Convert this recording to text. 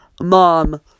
mom